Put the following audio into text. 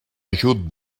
ajut